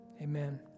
amen